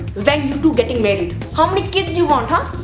when you two getting married? how many kids you want, huh?